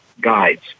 guides